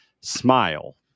Smile